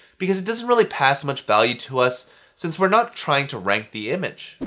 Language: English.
because it doesn't really pass much value to us since we're not trying to rank the image.